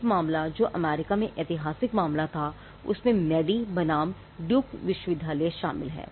एक मामला जो अमेरिका में ऐतिहासिक मामला था उसमें मैडी बनाम ड्यूक विश्वविद्यालय शामिल है